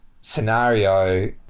scenario